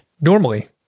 Normally